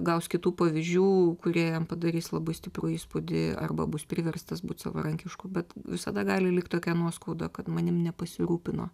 gaus kitų pavyzdžių kurie jam padarys labai stiprų įspūdį arba bus priverstas būt savarankišku bet visada gali likt tokia nuoskauda kad manim nepasirūpino